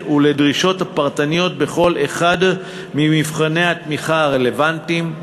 ולדרישות הפרטניות בכל אחד ממבחני התמיכה הרלוונטיים,